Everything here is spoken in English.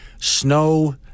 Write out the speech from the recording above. snow